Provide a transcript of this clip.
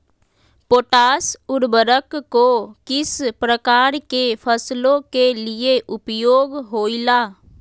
Potash उर्वरक को किस प्रकार के फसलों के लिए उपयोग होईला?